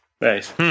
Nice